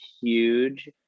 huge